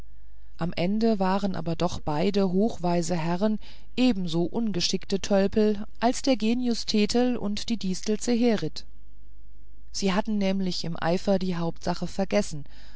am ende waren aber doch beide hochweise herren ebenso ungeschickte tölpel als der genius thetel und die distel zeherit sie hatten nämlich im eifer die hauptsache vergessen